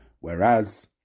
whereas